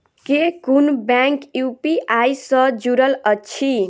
केँ कुन bank UPI सँ जुड़ल अछि?